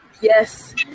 yes